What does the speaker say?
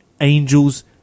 Angels